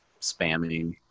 spamming